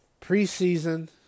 preseason